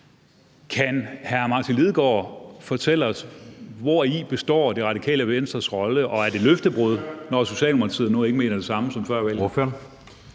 Kan hr. Martin Lidegaard fortælle os, hvori Radikale Venstres rolle består, og er det løftebrud, når Socialdemokratiet nu ikke mener det samme som før